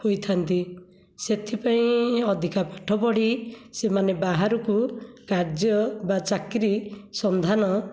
ହୋଇଥାନ୍ତି ସେଥିପାଇଁ ଅଧିକା ପାଠ ପଢ଼ି ସେମାନେ ବାହାରକୁ କାର୍ଯ୍ୟ ବା ଚାକିରି ସନ୍ଧାନ